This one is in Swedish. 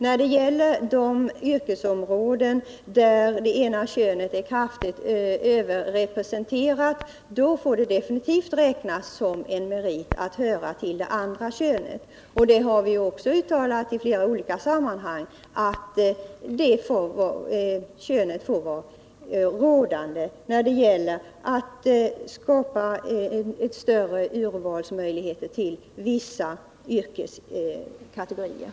När det gäller yrkesområden där det ena könet är kraftigt överrepresenterat, får det definitivt räknas som en merit att höra till det andra könet. Vi har i flera sammanhang uttalat att könstillhörighet får vara rådande när det gäller att skapa större urvalsmöjligheter för vissa yrkeskategorier.